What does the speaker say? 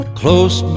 close